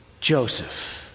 Joseph